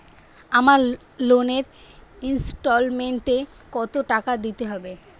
আমার লোনের ইনস্টলমেন্টৈ কত টাকা দিতে হবে?